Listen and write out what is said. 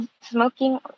smoking